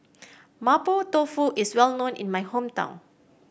Mapo Tofu is well known in my hometown